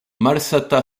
malsata